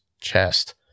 chest